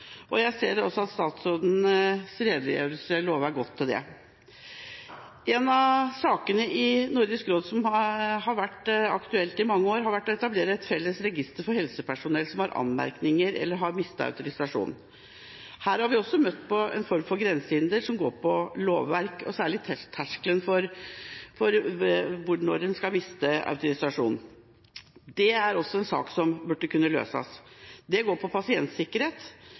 periode. Jeg ser også at statsrådens redegjørelse lover godt for det. En av sakene i Nordisk råd som har vært aktuell i mange år, har vært å etablere et felles register for helsepersonell som har anmerkninger eller har mistet autorisasjonen. Her har vi også møtt på en form for grensehinder, som går på lovverk og særlig terskelen for når en skal miste autorisasjonen. Det er også en sak som burde kunne løses, da det går på pasientsikkerhet.